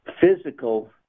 physical